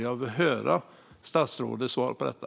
Jag vill höra statsrådets svar på detta.